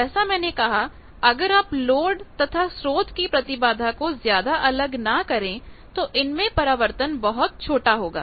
जैसा मैंने कहा अगर आप लोड तथा स्रोत की प्रतिबाधा को ज्यादा अलग ना करें तो इनमें परावर्तन बहुत छोटा होगा